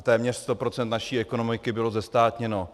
Téměř 100 % naší ekonomiky bylo zestátněno.